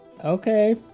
okay